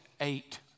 eight